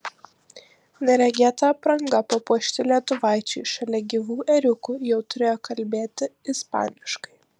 neregėta apranga papuošti lietuvaičiai šalia gyvų ėriukų jau turėjo kalbėti ispaniškai